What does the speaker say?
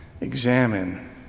Examine